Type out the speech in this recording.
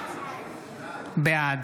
בעד